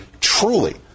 truly